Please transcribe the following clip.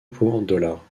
pour